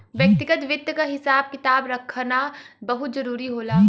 व्यक्तिगत वित्त क हिसाब किताब रखना बहुत जरूरी होला